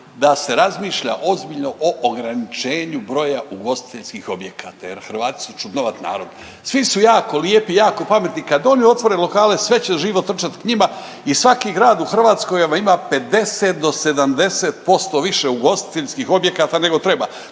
da se razmišlja ozbiljno o ograničenju broja ugostiteljskih objekata jer Hrvati su čudnovat narod. Svi su jako lijepi, jako pametni. Kad oni otvore lokale sve će živo trčat k njima i svaki grad u Hrvatskoj evo ima 50 do 70% više ugostiteljskih objekata nego treba.